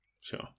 sure